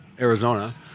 Arizona